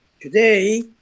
Today